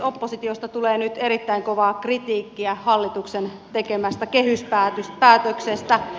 oppositiosta tulee nyt erittäin kovaa kritiikkiä hallituksen tekemästä kehyspäätöksestä